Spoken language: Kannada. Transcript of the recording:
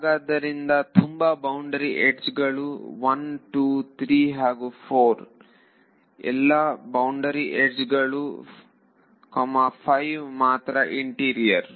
ಹಾಗಾದ್ದರಿಂದ ತುಂಬಾ ಬೌಂಡರಿ ಯಡ್ಜ್ ಗಳು 1 2 3 ಹಾಗೂ 4 ಎಲ್ಲಾ ಬೌಂಡರಿ ಯಡ್ಜ್ ಗಳು 5 ಮಾತ್ರ ಇಂಟೀರಿಯರ್